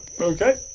okay